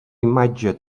imatge